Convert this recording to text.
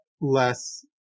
less